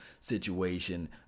situation